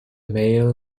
male